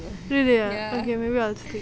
really ah okay maybe I will stick